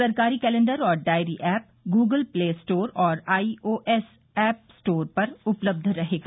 सरकारी कैलेंडर और diary app Google Play Store और आईओएस एप स्टोर पर उपलब्ध रहेगा